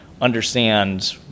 understand